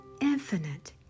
infinite